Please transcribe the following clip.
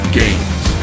games